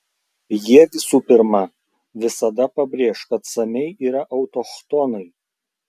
jie visų pirma visada pabrėš kad samiai yra autochtonai